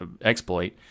exploit